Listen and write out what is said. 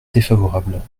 défavorable